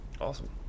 awesome